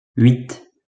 huit